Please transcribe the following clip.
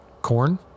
corn